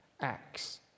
ACTS